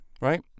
right